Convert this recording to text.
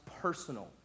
personal